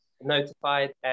notified